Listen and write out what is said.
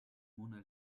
mona